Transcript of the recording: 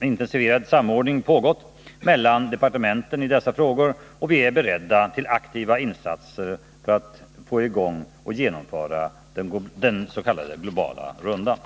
intensifierad samordning pågått mellan departementen i dessa frågor, och vi är beredda till aktiva insatser för att få i gång och genomföra den s.k. globala rundan.